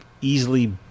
easily